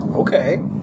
Okay